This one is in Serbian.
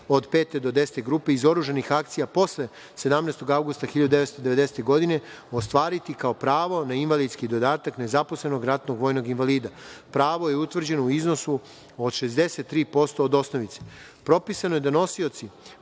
do desete grupe iz oružanih akcija posle 17. avgusta 1990. godine, ostvariti kao pravo na invalidski dodatak nezaposlenog ratnog vojnog invalida. Pravo je utvrđeno u iznosu od 63% od osnovice. Propisano je da nosioci